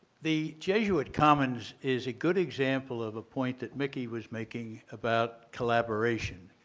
the jesuit commons is a good example of a point that mickey was making about collaboration.